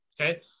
Okay